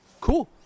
Cool